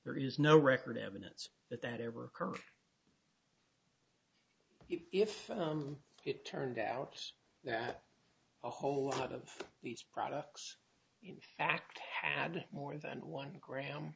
there is no record evidence that that ever occurred if it turned out that a whole lot of these products in fact had more than one gram